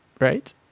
Right